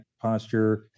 posture